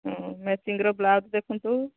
ହୁଁ ମ୍ୟାଚିଂର ବ୍ଲାଉଜ୍ ଦେଖାନ୍ତୁ